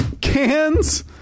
cans